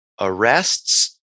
arrests